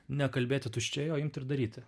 nekalbėti tuščiai o imt ir daryti